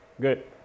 good